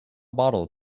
bottle